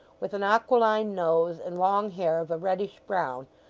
with an aquiline nose, and long hair of a reddish brown,